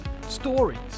Stories